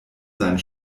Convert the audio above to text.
seinen